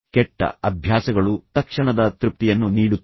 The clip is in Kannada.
ಕೆಟ್ಟ ಅಭ್ಯಾಸಗಳು ತಕ್ಷಣದ ತೃಪ್ತಿಯನ್ನು ನೀಡುತ್ತವೆ